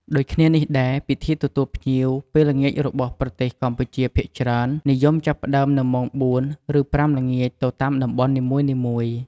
ដូចគ្នានេះដែរ ពិធីទទួលភ្ញៀវនៅពេលល្ងាចរបស់ ប្រទេសកម្ពុជាភាគច្រើននិយមចាប់ផ្តើមនៅម៉ោង ៤ៈ០០ ឬ៥:០០ ល្ងាច ទៅតាមតំបន់នីមួយៗ។